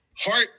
Heart